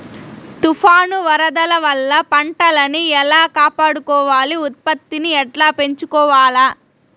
తుఫాను, వరదల వల్ల పంటలని ఎలా కాపాడుకోవాలి, ఉత్పత్తిని ఎట్లా పెంచుకోవాల?